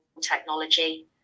technology